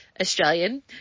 Australian